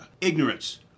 ignorance